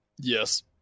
yes